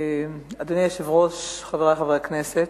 אדוני היושב-ראש, חברי חברי הכנסת,